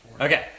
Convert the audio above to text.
Okay